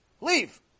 leave